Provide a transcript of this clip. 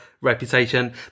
reputation